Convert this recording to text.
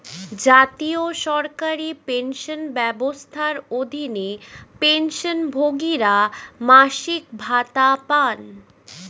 জাতীয় সরকারি পেনশন ব্যবস্থার অধীনে, পেনশনভোগীরা মাসিক ভাতা পান